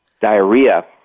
diarrhea